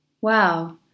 Wow